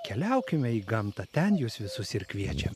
keliaukime į gamtą ten jus visus ir kviečiam